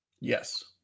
Yes